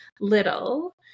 little